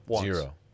Zero